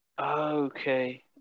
Okay